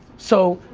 so,